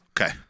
okay